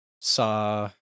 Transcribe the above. saw